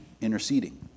interceding